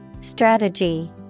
Strategy